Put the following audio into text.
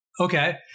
Okay